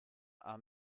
are